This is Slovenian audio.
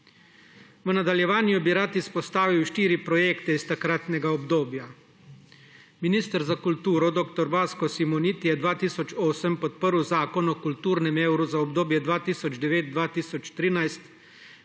V nadaljevanju bi rad izpostavil štiri projekte iz takratnega obdobja. Minister za kulturo dr. Vasko Simoniti je 2008 podprl zakon o kulturnem evru za obdobje 2009–2013,